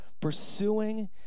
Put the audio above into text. pursuing